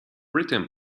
written